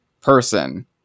person